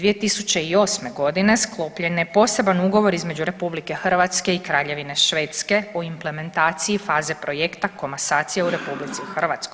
2008. godine sklopljen je poseban ugovor između RH i Kraljevine Švedske o implementaciji faze projekta komasacije u RH.